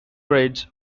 raids